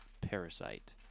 Parasite